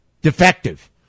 defective